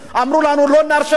אל תשתכנו לנו,